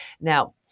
Now